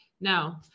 No